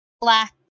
black